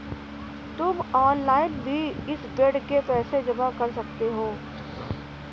तुम ऑनलाइन भी इस बेड के पैसे जमा कर सकते हो